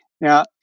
Now